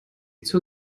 zur